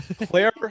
claire